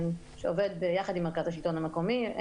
שעובד ביחד עם מרכז השלטון המקומי.